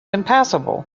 impassable